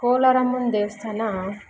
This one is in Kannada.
ಕೊಲಾರಮ್ಮನ ದೇವಸ್ಥಾನ